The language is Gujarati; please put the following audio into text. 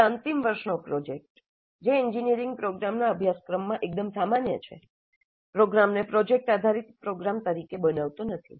એકલા અંતિમ વર્ષનો પ્રોજેક્ટ જે એન્જિનિયરિંગ પ્રોગ્રામના અભ્યાસક્રમમાં એકદમ સામાન્ય છે પ્રોગ્રામને પ્રોજેક્ટ આધારિત પ્રોગ્રામ તરીકે બનાવતો નથી